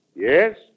Yes